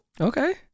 Okay